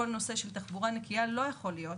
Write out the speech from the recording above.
כל הנושא של תחבורה נקיה לא יכול להיות